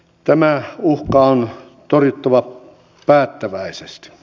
tämä uhka on torjuttava päättäväisesti